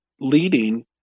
leading